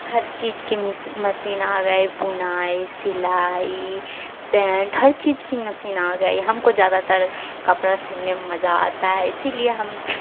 ہر چیز کی مسین آ گئی بنائی سلائی پینٹ ہر چیز کی مسین آ گئی ہم کو زیادہ تر کپڑا سننے میں مزہ آتا ہے اسی لیے ہم